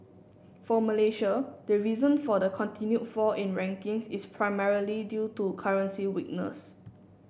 for Malaysia the reason for the continued fall in rankings is primarily due to currency weakness